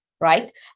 right